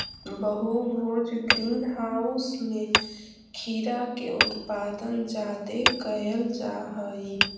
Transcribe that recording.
बहुभुज green house में खीरा के उत्पादन जादे कयल जा हई